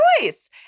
choice